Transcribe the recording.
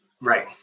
Right